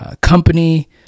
company